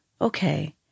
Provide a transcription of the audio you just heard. okay